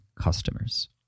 customers